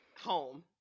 home